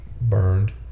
burned